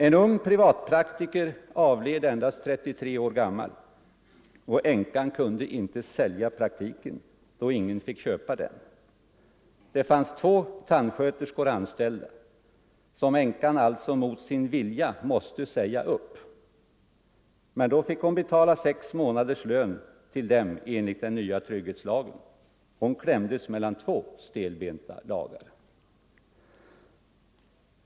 En ung privatpraktiker avled, endast 33 år gammal, och änkan kunde inte sälja praktiken eftersom ingen fick köpa den. Det fanns två tandsköterskor anställda, som änkan alltså mot sin vilja måste säga upp. Men då fick hon betala sex månaders lön till dem enligt den nya trygg Nr 126 hetslagen. Hon klämdes mellan två stelbenta lagar.